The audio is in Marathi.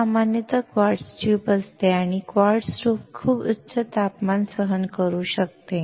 ही सामान्यत क्वार्ट्ज ट्यूब असते आणि क्वार्ट्ज खूप उच्च तापमान सहन करू शकते